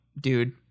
dude